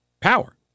power